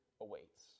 awaits